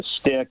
stick